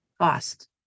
cost